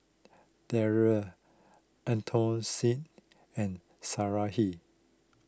Darrell Anastacio and Sarahi